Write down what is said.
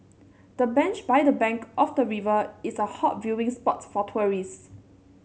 the bench by the bank of the river is a hot viewing spot for tourists